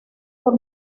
por